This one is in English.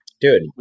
Dude